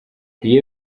iyo